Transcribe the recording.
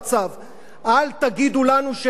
אל תגידו לנו שאין סיבה לבחירות.